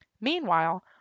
meanwhile